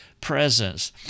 presence